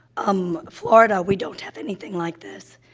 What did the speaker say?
um, florida, we don't have anything like this,